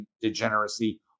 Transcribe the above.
degeneracy